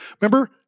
Remember